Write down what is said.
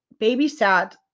babysat